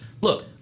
Look